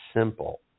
simple